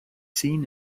seen